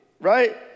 right